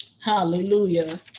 hallelujah